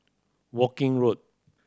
Woking Road